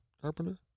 carpenter